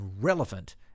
relevant